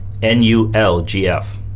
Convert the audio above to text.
NULGF